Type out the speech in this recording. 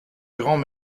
grand